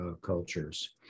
cultures